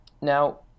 Now